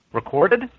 Recorded